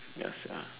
ya sia